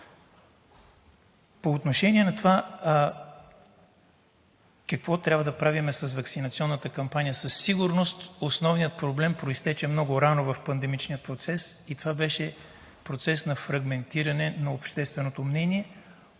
По отношение на това какво трябва да правим с ваксинационната кампания, със сигурност основният проблем произтече много рано в пандемичния процес и това беше процес на фрагментиране на общественото мнение